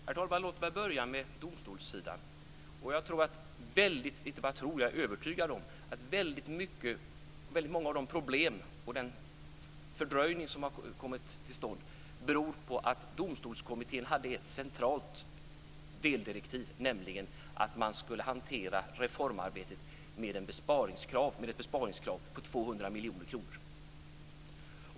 Herr talman! Låt mig börja med domstolssidan. Jag är övertygad om att väldigt många av de problem som uppstått och den fördröjning som kommit till stånd beror på att Domstolskommittén hade ett centralt deldirektiv, nämligen att man skulle hantera reformarbetet med ett besparingskrav på 200 miljoner kronor.